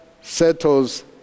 settles